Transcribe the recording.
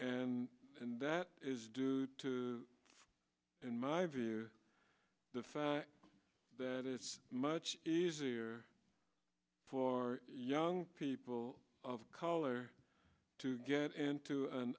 s and that is due to in my view the fact that it's much easier for young people of color to get into an